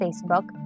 Facebook